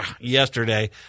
yesterday